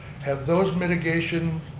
have those mitigation